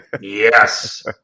Yes